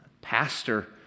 pastor